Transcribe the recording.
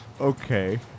okay